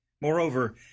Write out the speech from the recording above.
Moreover